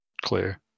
clear